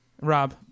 Rob